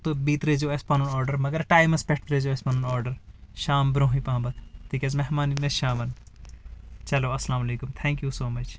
تہٕ بیٚیہِ ترٛٲے زٮ۪و اسہِ پنُن آرڈر مگر ٹایمس پٮ۪ٹھ ترٛٲے زٮ۪و اسہِ پنُن آرڈر شام برٛونٛہمے پہمت تِکیٛازِ مہمان یِنۍ اسہِ شامن چلو اسلام علیکم تھین کیوٗ سو مچ